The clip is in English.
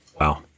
wow